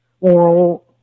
moral